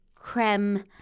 creme